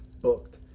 booked